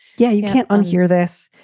yeah. you can't um hear this.